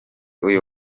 uyu